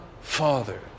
Father